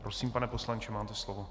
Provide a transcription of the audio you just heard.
Prosím, pane poslanče, máte slovo.